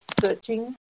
searching